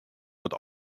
wat